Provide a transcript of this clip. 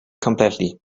completely